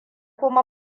kuma